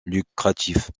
lucratif